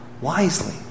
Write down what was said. wisely